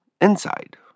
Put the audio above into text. inside